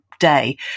day